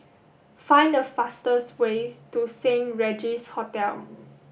find the fastest way to Saint Regis Hotel